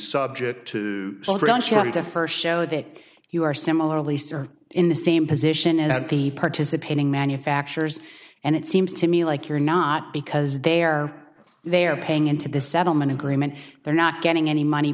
to first show that you are similarly served in the same position and be participating manufacturers and it seems to me like you're not because they're they're paying into the settlement agreement they're not getting any money